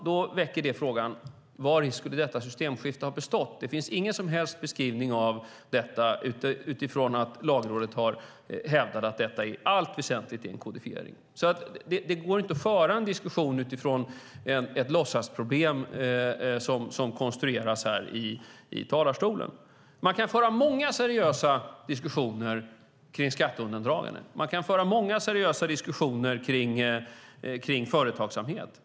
Det väcker frågan: Vari skulle detta systemskifte ha bestått? Det finns ingen som helst beskrivning av detta eftersom Lagrådet har hävdat att detta i allt väsentligt är en kodifiering. Det går inte att föra en diskussion utifrån ett låtsasproblem som konstrueras här i talarstolen. Man kan föra många seriösa diskussioner om skatteundandraganden och företagsamhet.